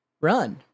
run